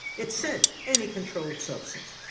it said, any controlled substance.